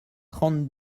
trente